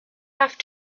have